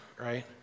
right